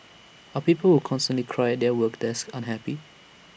are people who constantly cry at their work desk unhappy